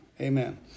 Amen